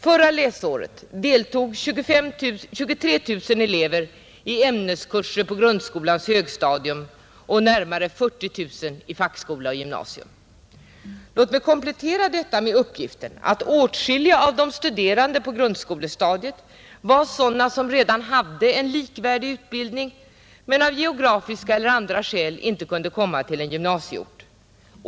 Förra läsåret deltog 23 000 elever i ämneskurser på grundskolans högstadium och närmare 40 000 i fackskola och gymnasium. Låt mig komplettera detta med uppgiften att åtskilliga av de studerande på grundskolestadiet var sådana som redan hade en likvärdig utbildning men som av geografiska skäl inte kunde komma till en gymnasieort.